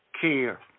care